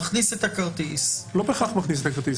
הוא מכניס את הכרטיס --- הוא לא בהכרח מכניס את הכרטיס,